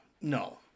no